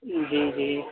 جی جی